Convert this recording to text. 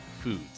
foods